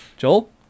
Joel